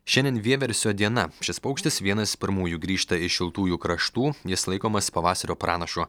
šiandien vieversio diena šis paukštis vienas pirmųjų grįžta iš šiltųjų kraštų jis laikomas pavasario pranašu